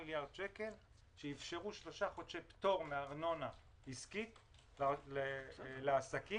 שאפשרו שלושה חודשי פטור מארנונה עסקית לעסקים,